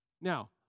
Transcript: Now